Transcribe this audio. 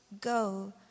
go